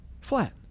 flat